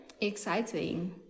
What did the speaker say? Exciting